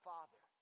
Father